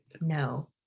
no